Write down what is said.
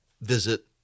visit